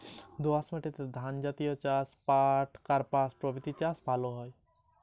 দোয়াশ মাটিতে কি জাতীয় চাষ ভালো হবে?